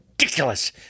Ridiculous